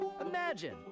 Imagine